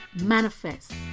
manifest